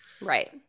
Right